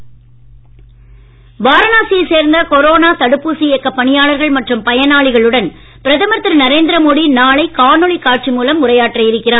மோடி வாரணாசி வாரணாசியை சேர்ந்த கொரேனா தடுப்பூசி இயக்கப் பணியாளர்கள் மற்றும் பயனாளிகளுடன் பிரதமர் திரு நரேந்திர மோடி நாளை காணொளி காட்சி மூலம் உரையாற்ற இருக்கிறார்